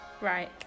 Right